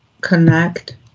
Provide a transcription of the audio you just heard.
connect